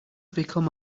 become